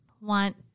want